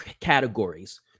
categories